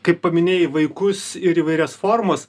kai paminėjai vaikus ir įvairias formas